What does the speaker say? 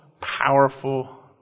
powerful